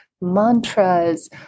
mantras